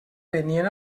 venien